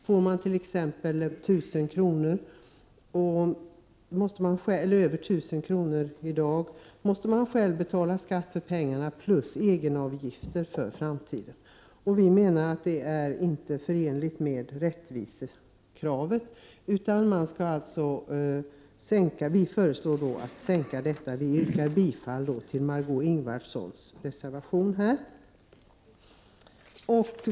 Får de i dag en ersättning på mer än 1000 kr., måste de själva betala skatt för pengarna plus egenavgifter för framtiden. Vi menar att det inte är förenligt med rättvisekravet. Vi föreslår en sänkning av avgiftsunderlaget för arbetsgivaravgifter och yrkar bifall till Marg6 Ingvardssons reservation.